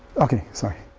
okay, sorry.